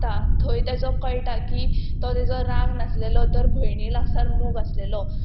थंय ताचो कळटा की तो ताजो राग नासलेलो तर भयणी लागसार मोग आसलेलो